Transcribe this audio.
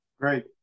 Great